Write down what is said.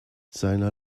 seiner